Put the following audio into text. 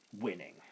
winning